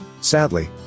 Sadly